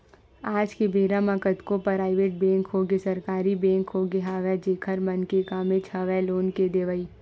आज के बेरा म कतको पराइवेट बेंक होगे सरकारी बेंक होगे हवय जेखर मन के कामेच हवय लोन के देवई